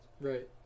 Right